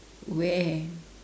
where